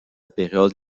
période